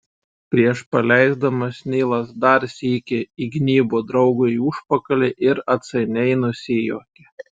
prieš paleisdamas nilas dar sykį įgnybo draugui į užpakalį ir atsainiai nusijuokė